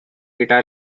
guitar